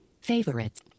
favorites